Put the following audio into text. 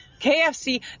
KFC